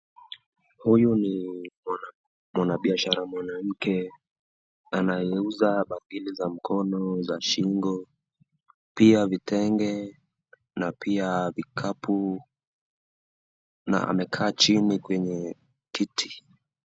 Huyu ni mwanabiashara mwanamke, anayeuza bakeli za mkono za shingo pia vitenge na pia vikapu na amekaa chini kwenye kiti